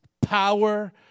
power